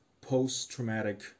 post-traumatic